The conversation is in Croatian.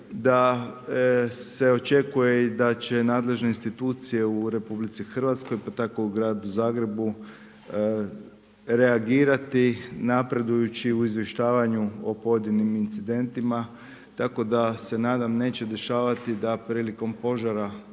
da se očekuje i da će nadležne institucije u RH, pa tako u Gradu Zagrebu, reagirati napredujuću u izvještavanju o pojedinim incidentima, tako da se nadam neće dešavati da prilikom požara